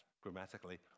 grammatically